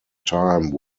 time